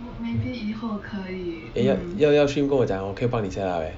eh 要要 stream 跟我讲我可以帮你加 liao leh